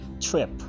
trip